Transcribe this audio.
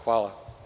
Hvala.